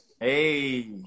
Hey